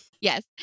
Yes